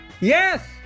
Yes